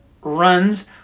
runs